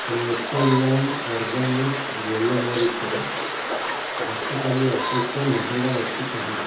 Natureland ଅର୍ଗାନିକ୍ସ୍ର ଗୋଲମରିଚ ଗତକାଲି ଅପେକ୍ଷା ମହଙ୍ଗା ଅଛି କାହିଁକି